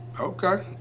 Okay